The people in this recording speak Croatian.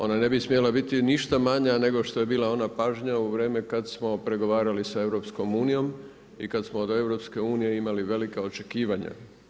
Ona ne bi smjela biti ništa manja nego što je bila ona pažnja u vrijeme kada smo pregovarali sa EU i kada smo od EU imali velika očekivanja.